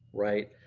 right?